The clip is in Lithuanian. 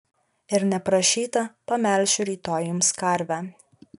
ir neprašyta pamelšiu rytoj jums karvę